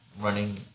running